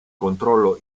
controllo